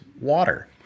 water